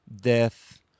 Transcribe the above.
death